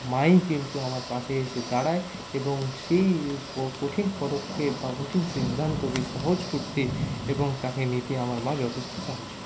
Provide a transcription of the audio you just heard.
মাই কিন্তু আমার পাশে এসে দাঁড়ায় এবং সেই কঠিন পদক্ষেপ বা কঠিন সিদ্ধান্তকে সহজ করতে এবং তাকে নিতে আমার মা যথেষ্ট সাহায্য করে